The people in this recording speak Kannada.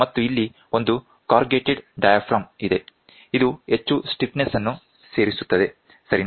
ಮತ್ತು ಇಲ್ಲಿ ಒಂದು ಕಾರ್ರುಗೇಟೆಡ್ ಡಯಾಫ್ರಮ್ ಇದೆ ಇದು ಹೆಚ್ಚು ಸ್ಟಿಫ್ನೆಸ್ ಅನ್ನು ಸೇರಿಸುತ್ತದೆ ಸರಿನಾ